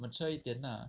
mature 一点 lah